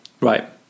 Right